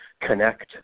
connect